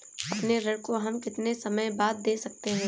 अपने ऋण को हम कितने समय बाद दे सकते हैं?